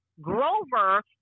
Grover